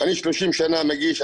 אני 30 שנה מגיש.